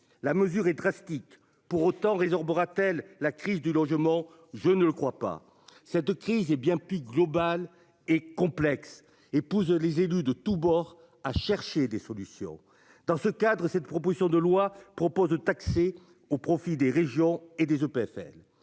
La mesure est drastique pour autant résorbera-t-elle la crise du logement. Je ne le crois pas, cette crise est bien global et complexe épouse les élus de tous bords à chercher des solutions dans ce cadre, cette proposition de loi propose de taxer au profit des régions et des EPFL